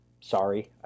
Sorry